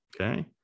okay